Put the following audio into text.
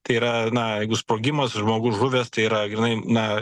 tai yra na jeigu sprogimas žmogus žuvęs tai yra grynai na